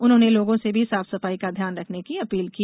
उन्होंने लोगों से भी साफ सफाई का ध्यान रखने की अपील की